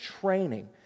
training